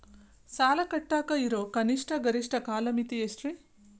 ಸಾಲ ಕಟ್ಟಾಕ ಇರೋ ಕನಿಷ್ಟ, ಗರಿಷ್ಠ ಕಾಲಮಿತಿ ಎಷ್ಟ್ರಿ?